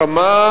כמה,